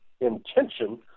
intention